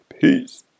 Peace